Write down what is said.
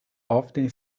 often